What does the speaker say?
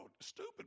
Stupid